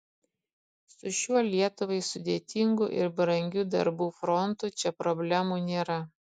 su šiuo lietuvai sudėtingu ir brangiu darbų frontu čia problemų nėra